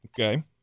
Okay